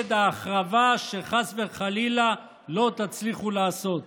כנגד ההחרבה, שחס וחלילה לא תצליחו לעשות.